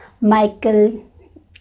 Michael